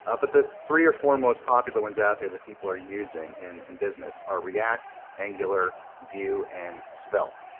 ah but the three or four most popular ones out there that people are using in in business are react, angular, vue, and svelte.